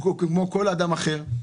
הוא כמו כל אדם אחר.